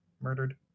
murdered